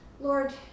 Lord